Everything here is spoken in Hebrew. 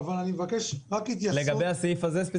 אבל אני מבקש רק התייחסות --- ספציפית לגבי לסעיף הזה?